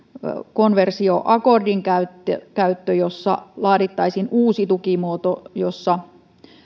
konversioakordin käyttö käyttö että laadittaisiin uusi tukimuoto jossa